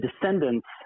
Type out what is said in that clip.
descendants